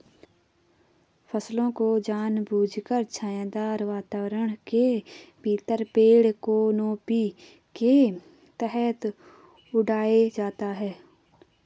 फसलों को जानबूझकर छायादार वातावरण के भीतर पेड़ कैनोपी के तहत उठाया जाता है